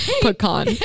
pecan